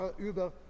über